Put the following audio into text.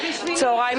צהריים